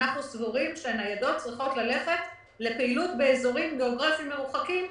אנחנו סבורים שהניידות צריכות ללכת לפעילות באזורים גיאוגרפים מרוחקים,